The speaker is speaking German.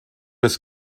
des